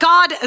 God